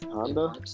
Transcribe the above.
Honda